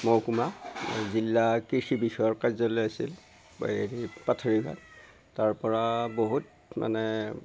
মহকুমা জিলা কৃষি বিষয়াৰ কাৰ্যালয় আছিল হেৰি পাঠেৰিঘাট তাৰপৰা বহুত মানে